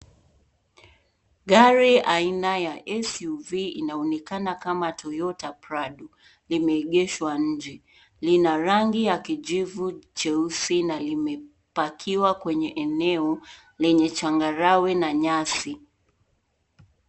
Gari aina ya SUV inaonekana kama Toyota Prado; limeegeshwa nje. Lina rangi ya kijivu jeusi na limepakiwa kwenye eneo lenye changarawe na nyasi.